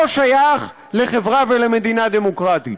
לא שייך לחברה, ולמדינה, דמוקרטית.